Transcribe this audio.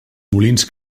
molins